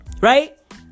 Right